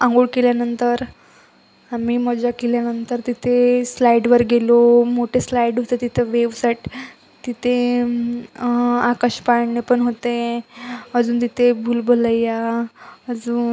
आंघोळ केल्यानंतर आम्ही मजा केल्यानंतर तिथे स्लाईडवर गेलो मोठे स्लाईड होते तिथे वेवसाठी तिथे आकाश पाळणे पण होते अजून तिथे भुलभलैया अजून